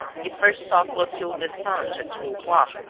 he first saw clotilde destange at two o'clock,